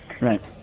Right